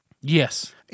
Yes